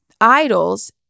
idols